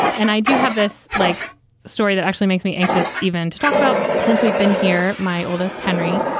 and i do have this like story that actually makes me anxious even to talk about since we've been here. my oldest, henry,